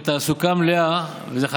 או סתם אנשים שלא היו להם סימפטומים